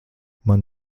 man